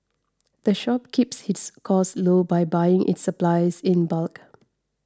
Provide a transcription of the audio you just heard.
the shop keeps its costs low by buying its supplies in bulk